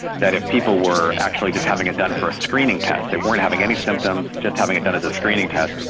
that if people were actually just having it done for a screening test, they weren't having any symptoms, just having it done as a screening test,